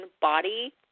body